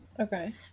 Okay